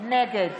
נגד